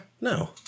No